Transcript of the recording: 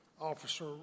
Officer